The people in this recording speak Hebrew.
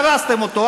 שהרסתם אותו,